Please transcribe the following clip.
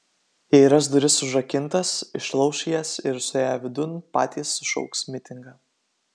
jei ras duris užrakintas išlauš jas ir suėję vidun patys sušauks mitingą